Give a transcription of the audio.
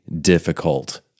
difficult